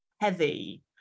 heavy